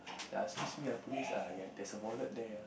ya excuse me ah police ah there's a wallet there